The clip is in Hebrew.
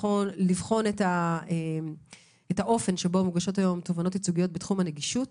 לבחון את האופן שבו מוגשות היום תובענות ייצוגיות בתחום הנגישות